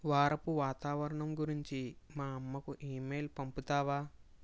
వారపు వాతావరణం గురించి మా అమ్మకు ఇమెయిల్ పంపుతావా